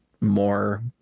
more